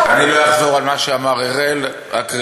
מה אמר חבר הכנסת מרגלית?